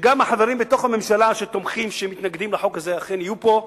גם החברים בתוך הממשלה שמתנגדים לחוק הזה אכן יהיו פה,